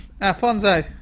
Alfonso